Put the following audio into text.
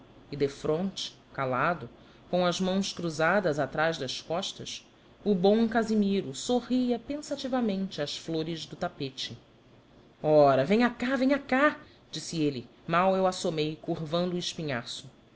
e defronte calado com as mãos cruzadas atrás das costas o bom casimiro sorria pensativamente às flores do tapete ora venha cá venha cá disse ele mal eu assomei curvando o espinhaço